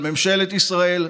על ממשלת ישראל,